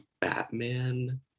Batman